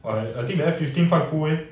I I think the air fifteen quite cool leh